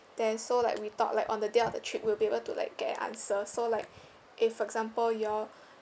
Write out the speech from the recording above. then so like we thought like on the day of the trip we'll be able to like get an answer so like eh for example you all